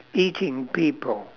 eating people